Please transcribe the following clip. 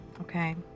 okay